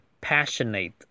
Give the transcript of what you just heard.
Passionate